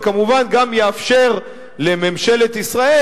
וכמובן גם יאפשר לממשלת ישראל,